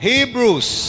Hebrews